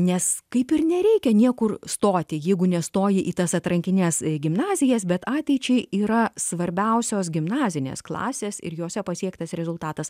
nes kaip ir nereikia niekur stoti jeigu nestoji į tas atrankines gimnazijas bet ateičiai yra svarbiausios gimnazinės klasės ir jose pasiektas rezultatas